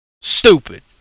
Stupid